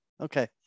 Okay